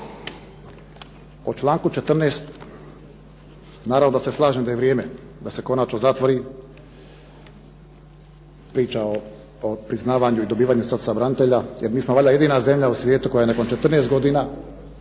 o članku 14. naravno da se slažem da je vrijeme da se konačno zatvori priča o priznavanju i dobivanju statusa branitelja jer mi smo valjda jedina zemlja u svijetu koja nakon 14 godina